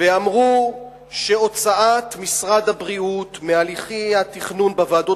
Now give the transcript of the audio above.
ואמרו שהוצאת משרד הבריאות מהליכי התכנון בוועדות